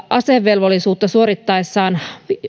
asevelvollisuutta suorittaessaan